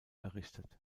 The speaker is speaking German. errichtet